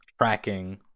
tracking